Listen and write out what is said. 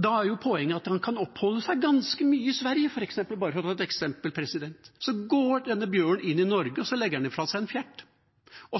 Da er poenget at den kan oppholde seg ganske mye i Sverige, f.eks. Bare for å ta et eksempel: Denne bjørnen går inn i Norge og legger fra seg en fjert.